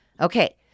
Okay